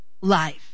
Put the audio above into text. life